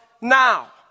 now